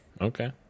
okay